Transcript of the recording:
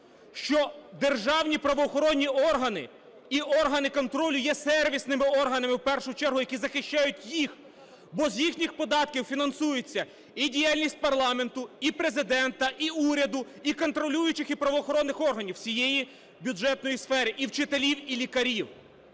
що державні правоохоронні органи і органи контролю є сервісними органами в першу чергу, які захищають їх, бо з їхніх податків фінансується і діяльність парламенту, і Президента, і уряду, і контролюючих, і правоохоронних органів всієї бюджетної сфери, і вчителів, і лікарів.